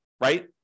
right